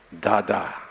Dada